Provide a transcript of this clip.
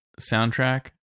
soundtrack